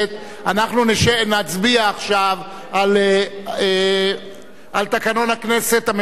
אנחנו נצביע עכשיו על תקנון הכנסת המשולב,